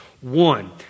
One